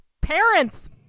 parents